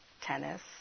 tennis